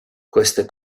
queste